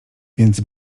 więc